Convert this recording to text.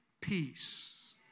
peace